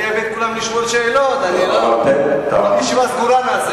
אני אעלה את כולם לשאול שאלות, נעשה ישיבה סגורה.